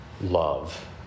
Love